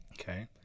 Okay